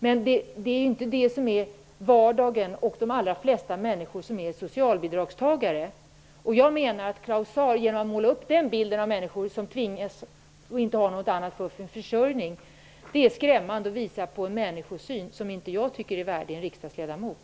Men det är inte det som är vardagen. De allra flesta människor är inte socialbidragstagare. Jag menar att den bild som Claus Zaar målar upp av människor som inte har något annat än socialbidraget för att klara sin försörjning är skrämmande, och det visar på en människosyn som inte är värdig en riksdagsledamot.